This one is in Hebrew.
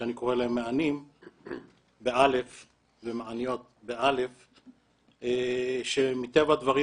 שאני קורא להם מאנים ומאניות שמטבע הדברים